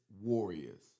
Warriors